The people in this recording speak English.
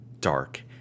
dark